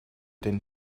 than